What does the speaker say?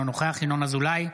אינו נוכח ינון אזולאי,